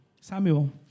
Samuel